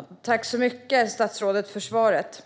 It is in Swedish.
Herr talman! Jag tackar statsrådet så mycket för svaret.